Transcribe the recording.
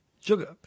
Sugar